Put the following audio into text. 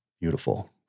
beautiful